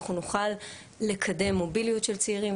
אנחנו נוכל לקדם מוביליות של צעירים,